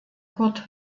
kurt